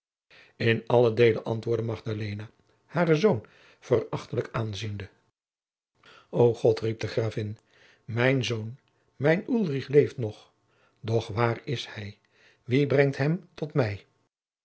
in allen deele antwoordde magdalena haren zoon verachtelijk aanziende o god riep de gravin mijn zoon mijn ulrich leeft nog doch waar is hij wie brengt hem tot mij